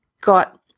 got